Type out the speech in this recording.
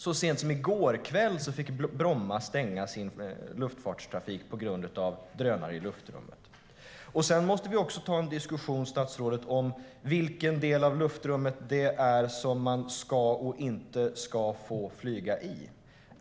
Så sent som i går kväll fick Bromma stänga sin luftfartstrafik på grund av drönare i luftrummet. Vi måste också ta en diskussion, statsrådet, om vilka delar av luftrummet man ska och inte ska få flyga i.